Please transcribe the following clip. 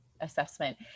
assessment